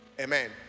Amen